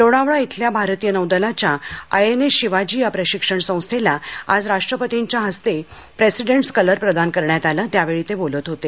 लोणावळा इथल्या भारतीय नौदलाच्या आयएनएस शिवाजी या प्रशिक्षण संस्थेला आज राष्ट्रपतींच्या हस्ते प्रेसिडेंटस कलर प्रदान करण्यात आलात्यावेळी ते बोलत होते